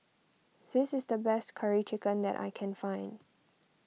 this is the best Curry Chicken that I can find